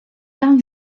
tam